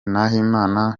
nahimana